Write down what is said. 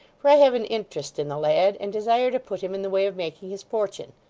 for i have an interest in the lad, and desire to put him in the way of making his fortune.